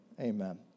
amen